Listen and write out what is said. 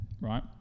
right